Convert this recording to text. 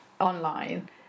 online